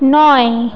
নয়